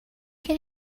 can